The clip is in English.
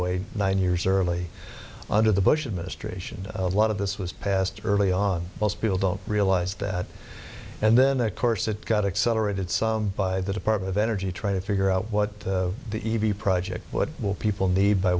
way nine years early under the bush administration a lot of this was passed early on most people don't realize that and then that course it got accelerated by the department of energy trying to figure out what the eevee project what will people be by